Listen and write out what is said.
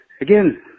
again